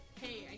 hey